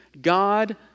God